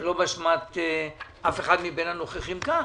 שלא באשמת אף אחד מבין הנוכחים כאן,